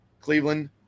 Cleveland